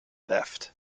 theft